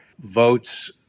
votes